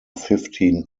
fifteen